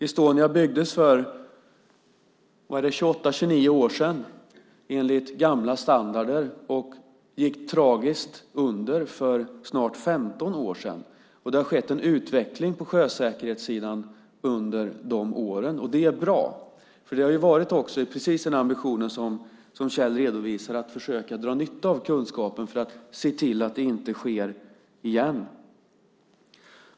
Estonia byggdes för 28-29 år sedan enligt gamla standarder och gick tragiskt under för snart 15 år sedan. Det har skett en utveckling på sjösäkerhetssidan under de åren. Det är bra. Det har ju också varit en ambition, som Kjell redovisar, att försöka dra nytta av kunskapen för att se till att det inte sker igen.